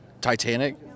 Titanic